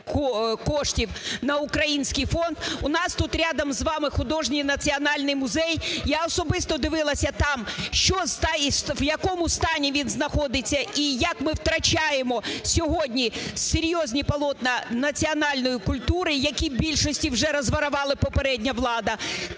коштів на український фонд. У нас тут рядом з вами Художній національний музей. Я особисто дивилася там, в якому стані він знаходиться і як ми втрачаємо сьогодні серйозні полотна національної культури, які в більшості вже розворовала попередня влада.